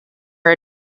are